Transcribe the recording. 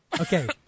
Okay